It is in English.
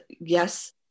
yes